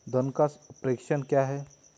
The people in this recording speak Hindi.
धन का प्रेषण क्या है?